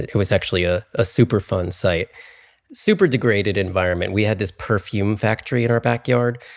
it was actually a ah superfund site super degraded environment. we had this perfume factory in our backyard.